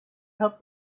help